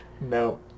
No